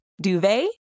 Duvet